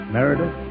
Meredith